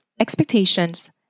expectations